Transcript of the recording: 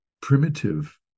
primitive